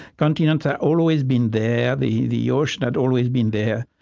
continents have always been there. the the ocean had always been there.